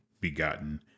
begotten